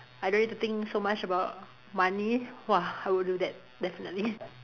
I don't need to think so much about money !wah! I would do that definitely